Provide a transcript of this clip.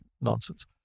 nonsense